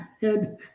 head